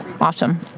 Awesome